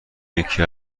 یکی